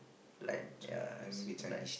like ya nice